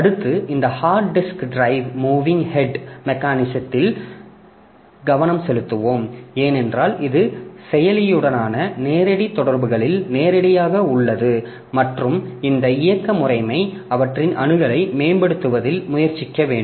அடுத்து இந்த hard disk drive moving head மெக்கானிசத்தில் கவனம் செலுத்துவோம்ஏனென்றால் இது செயலியுடனான நேரடி தொடர்புகளில் நேரடியாக உள்ளது மற்றும் இந்த இயக்க முறைமை அவற்றின் அணுகலை மேம்படுத்துவதில் முயற்சிக்க வேண்டும்